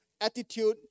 attitude